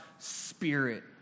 Spirit